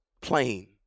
plain